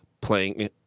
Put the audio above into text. playing